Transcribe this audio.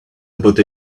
about